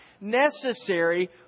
necessary